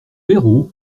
héros